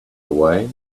away